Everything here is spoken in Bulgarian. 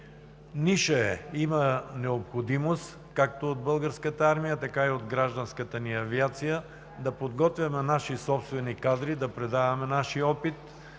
Ниша е – има необходимост както от Българската армия, така и от гражданската ни авиация да подготвя наши собствени кадри, да предаваме нашия опит.